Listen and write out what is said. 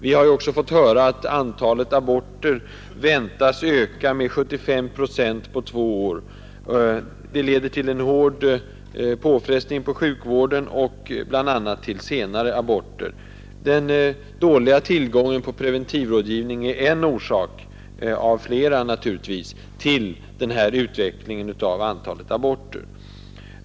Vi har också fått höra att antalet aborter väntas öka med 75 procent på två år. Det leder till en hård påfrestning på sjukvården och bl.a. till senare aborter. Den dåliga tillgången på preventivmedelsrådgivning är en orsak — av flera naturligtvis — till den här utvecklingen av antalet aborter.